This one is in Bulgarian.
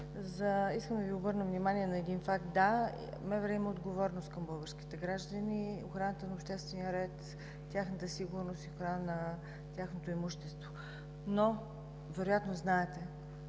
Искам да Ви обърна внимание на един факт. Да, МВР има отговорност към българските граждани, охраната на обществения ред, тяхната сигурност и охрана на тяхното имущество. Но вероятно знаете,